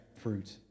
fruit